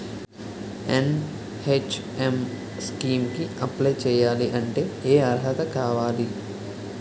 NHM scheme కి apply చేయాలి అంటే ఏ అర్హత కావాలి?